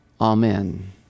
amen